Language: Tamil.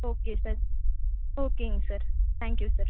ஓகே சார் ஓகேங்க சார் தேங்க் யூ சார்